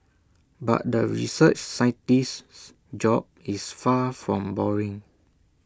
but the research scientist's job is far from boring